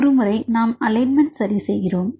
ஒருமுறை நாம் அலைன்மெண்ட் சரி செய்கிறோம்